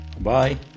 Bye